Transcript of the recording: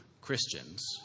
Christians